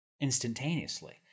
instantaneously